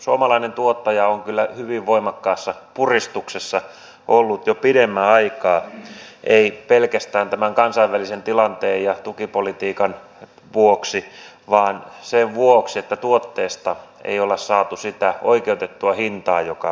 suomalainen tuottaja on kyllä hyvin voimakkaassa puristuksessa ollut jo pidemmän aikaa ei pelkästään kansainvälisen tilanteen ja tukipolitiikan vuoksi vaan sen vuoksi että tuotteesta ei ole saatu sitä oikeutettua hintaa joka tuottajalle kuuluu